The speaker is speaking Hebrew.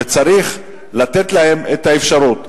וצריך לתת להם את האפשרות.